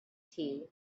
tea